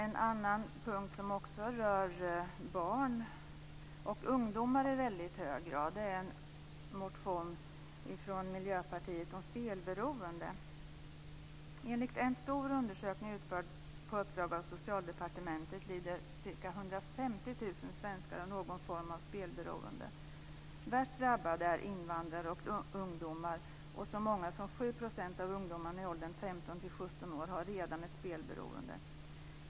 En annan sak som rör barn och ungdomar i väldigt hög grad tas upp i Miljöpartiets motion om spelberoende. Socialdepartementet lider ca 150 000 svenskar av någon form av spelberoende. Värst drabbade är invandrare och ungdomar. Så många som 7 % av ungdomarna i åldern 15-17 år har redan ett spelberoende.